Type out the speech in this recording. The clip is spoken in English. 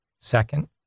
Second